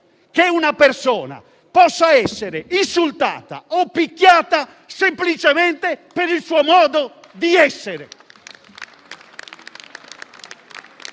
che una persona possa essere insultata o picchiata semplicemente per il suo modo di essere.